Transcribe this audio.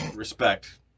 Respect